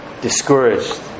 discouraged